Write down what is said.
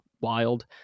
wild